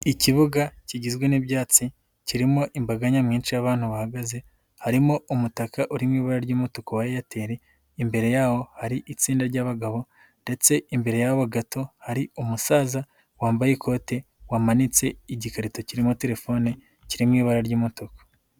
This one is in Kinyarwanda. Ikibuga kigizwe n'ibyatsi kirimo imbaga nyamwinshi y'abantu bahagaze, harimo umutaka urimo ibara ry'umutuku wa Airtel, imbere yaho hari itsinda ry'abagabo, ndetse imbere yaho gato hari umusaza wambaye ikote wamanitse igikarito kirimo telefone kiri mu ibara ry'umutuku.